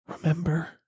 Remember